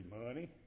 money